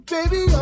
Baby